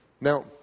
Now